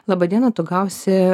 laba diena tu gausi